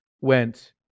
went